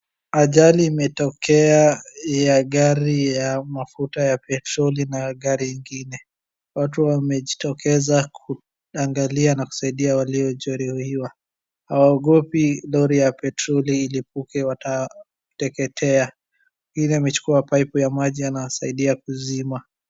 Ajali imetokea ya gari ya mafuta ya petroli na gari ingine. Watu wamejitokeza kuangalia na kusaidia waliojeruhiwa. Hawaogopi lori ya petroli ilipuke watateketea. Mwingine amechukua pipe ya maji anasaidia kuzima.